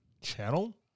channel